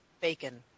bacon